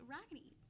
Raggedy